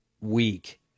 week